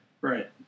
Right